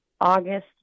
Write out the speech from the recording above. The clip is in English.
august